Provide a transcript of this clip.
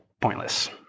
pointless